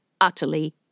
utterly